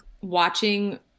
watching